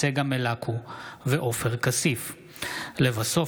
צגה מלקו ועופר כסיף בנושא: